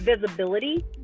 visibility